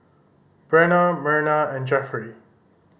Brenna Merna and Jeffery